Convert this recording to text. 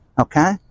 Okay